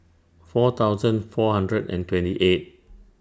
four thousand four hundred and twenty eight